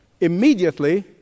immediately